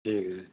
ਠੀਕ ਹੈ ਜੀ